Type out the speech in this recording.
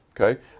Okay